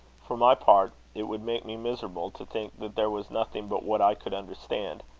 for my part, it would make me miserable to think that there was nothing but what i could understand.